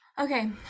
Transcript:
Okay